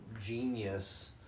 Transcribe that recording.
genius